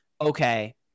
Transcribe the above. okay